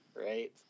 right